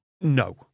No